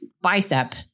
bicep